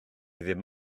ddim